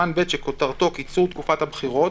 שכותרתו קיצור תקופת הבחירות